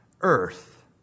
earth